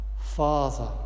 father